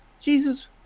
Jesus